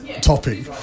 topic